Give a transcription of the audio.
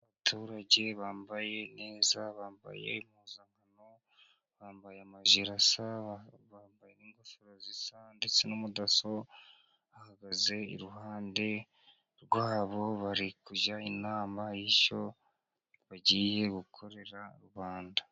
Abaturage bambaye neza，bambaye impuzankano， bambaye amajire asa， bambaye n'ingofero zisa ndetse n’umudaso， bahagaze iruhande rwabo， bari kujya inama y'icyo bagiye gukorera abantu.